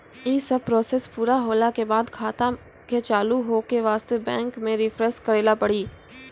यी सब प्रोसेस पुरा होला के बाद खाता के चालू हो के वास्ते बैंक मे रिफ्रेश करैला पड़ी?